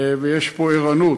ויש פה ערנות.